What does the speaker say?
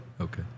Okay